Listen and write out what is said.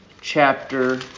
chapter